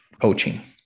Coaching